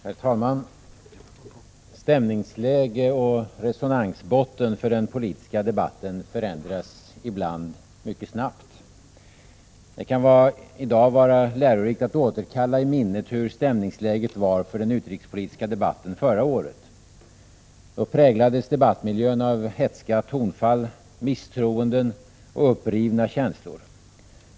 Herr talman! Stämningsläge och resonansbotten för den politiska debatten förändras ibland mycket snabbt. Det kan i dag vara lärorikt att återkalla i minnet hur stämningsläget var för den utrikespolitiska debatten förra året. Då präglades debattmiljön av hätska tonfall, misstroenden och upprivna känslor.